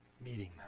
meeting